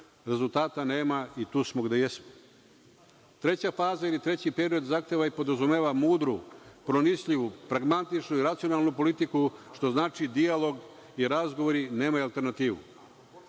rezultata nema i tu smo gde jesmo. Treća faza ili treći period podrazumeva mudru, pronicljivu, pragmatičnu i racionalnu politiku, što znači da dijalog i razgovor nemaju alternativu.